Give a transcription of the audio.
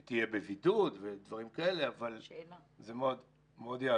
היא תהיה בבידוד אבל זה מאוד יעזור